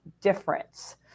difference